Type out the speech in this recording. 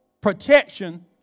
protection